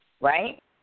Right